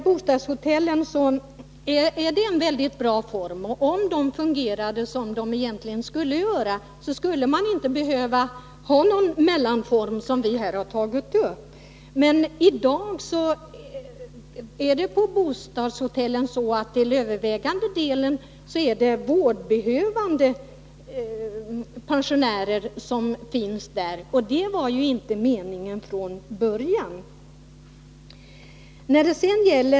Bostadshotellen är en bra boendeform, och om de fungerade som de skulle behövde man inte ha någon sådan mellanform för serviceboende för äldre som vi har föreslagit. I dag är det emellertid till övervägande delen vårdbehövande pensionärer som finns på bostadshotellen, och det var inte meningen från början.